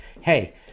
hey